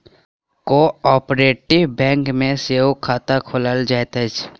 cooperative bank मे सेहो खाता खोलायल जाइत अछि